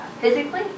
physically